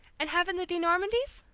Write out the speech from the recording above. and haven't the de normandys?